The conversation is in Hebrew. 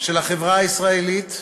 של החברה הישראלית.